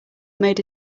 made